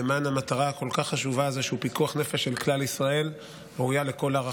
המטרה הכל-כך חשובה שהיא פיקוח נפש של כלל ישראל,